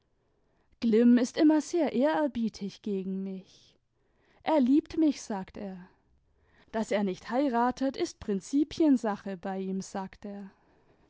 glimm ist immer sehr ehrerbietig gegen mich er liebt mich sagt er daß er nicht heiratet ist prinzipiensache bei ihm sagt er